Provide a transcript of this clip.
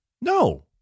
No